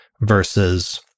versus